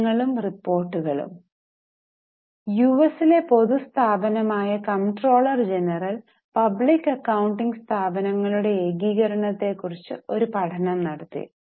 പഠനങ്ങളും റിപ്പോർട്ടുകളും U S ലെ പൊതുസ്ഥാപനമായ കംട്രോളർ ജനറൽ പബ്ലിക് അക്കൌണ്ടിംഗ് സ്ഥാപനങ്ങളുടെ ഏകീകരണത്തെക്കുറിച്ച് ഒരു പഠനം നടത്തി